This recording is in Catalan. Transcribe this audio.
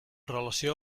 relació